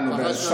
נו, באמת.